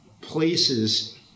places